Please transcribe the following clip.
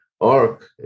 ark